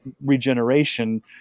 regeneration